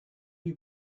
you